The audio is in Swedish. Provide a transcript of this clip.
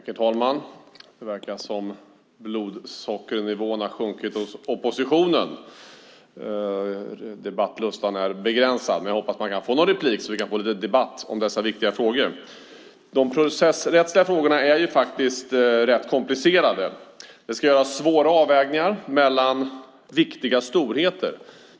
Herr talman! Det verkar som att blodsockernivån har sjunkit hos oppositionen. Debattlusten är begränsad, men jag hoppas att jag kan få någon replik så att vi kan få lite debatt om dessa viktiga frågor. De processrättsliga frågorna är rätt komplicerade. Det ska göras svåra avvägningar mellan viktiga storheter.